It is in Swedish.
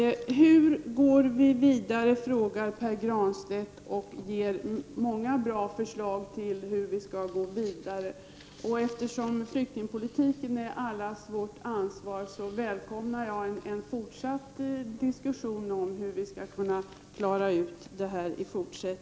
Hur går vi vidare, frågade Pär Granstedt, och framlade många bra förslag till hur vi skall gå vidare. Eftersom flyktingpolitiken är allas vårt ansvar välkomnar jag en fortsatt diskussion om det.